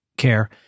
care